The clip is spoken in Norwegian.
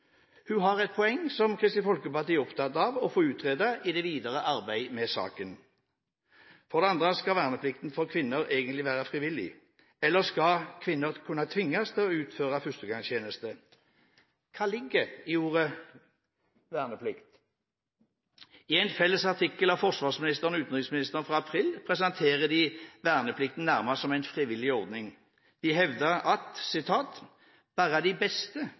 Hun har et poeng, som Kristelig Folkeparti er opptatt av å få utredet i det videre arbeid med saken. For det andre: Skal verneplikten for kvinner egentlig være frivillig, eller skal kvinner kunne tvinges til å utføre førstegangstjeneste? Hva ligger i ordet «verneplikt»? I en felles artikkel av forsvarsministeren og utenriksministeren fra april i år presenterer de verneplikten nærmest som en frivillig ordning. De hevder: «Bare de beste